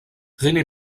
rené